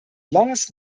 longest